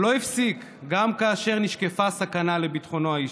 הוא לא הפסיק גם כאשר נשקפה סכנה לביטחונו האישי.